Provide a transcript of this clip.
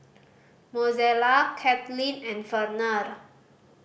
Mozella Cathleen and Verner